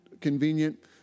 convenient